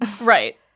Right